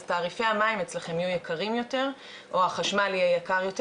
אז תעריפי המים אצלכם יהיו יקרים יותר או החשמל יהיה יקר יותר.